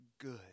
good